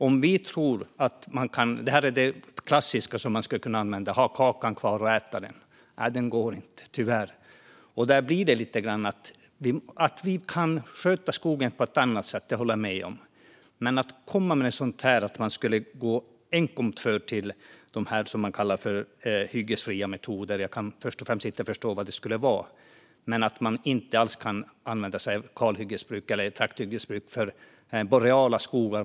Om vi tror att man kan äta kakan och ha den kvar - en klassisk bild att använda - går det tyvärr inte. Jag håller med om att vi kan sköta skogen på ett annat sätt. Men jag tror inte på att helt gå över till vad man kallar hyggesfria metoder - jag kan först och främst inte förstå vad det skulle vara - och inte kunna använda kalhyggesbruk eller trakthyggesbruk för boreala skogar.